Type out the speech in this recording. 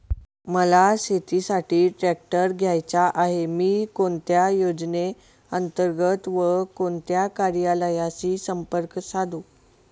मला शेतीसाठी ट्रॅक्टर घ्यायचा आहे, मी कोणत्या योजने अंतर्गत व कोणत्या कार्यालयाशी संपर्क साधू?